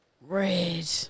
Red